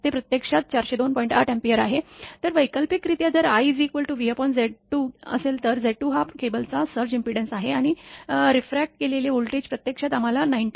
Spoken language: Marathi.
तर वैकल्पिकरित्या जर i vZ2 असेल तर Z2 हा केबलचा सर्ज इंपेडेंस आहे आणि रिफ्रॅक्ट केलेले व्होल्टेज प्रत्यक्षात आम्हाला 19